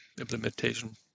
implementation